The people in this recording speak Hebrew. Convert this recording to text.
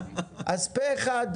פה אחד חמשת התיקונים אושרו אז פה אחד,